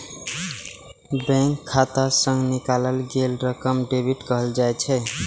bank खाता सं निकालल गेल रकम कें डेबिट कहल जाइ छै